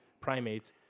primates